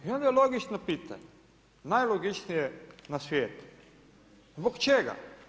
I onda je logično pitanje, najlogičnije na svijetu, zbog čega?